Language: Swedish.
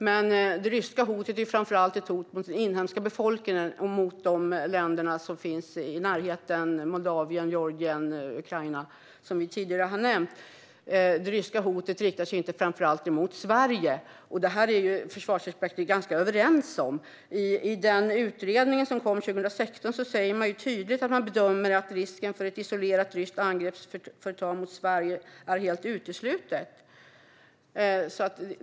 Men det ryska hotet är framför allt ett hot mot den inhemska befolkningen och mot länderna som finns i närheten - Moldavien, Georgien och Ukraina, som vi har nämnt tidigare. Det ryska hotet riktas inte mot framför allt Sverige. Det är försvarsexperter ganska överens om. I utredningen som kom 2016 säger man tydligt att man bedömer att ett isolerat ryskt angrepp mot Sverige är helt uteslutet.